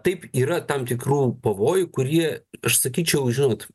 taip yra tam tikrų pavojų kurie aš sakyčiau žinot